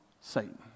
Satan